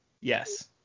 Yes